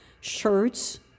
shirts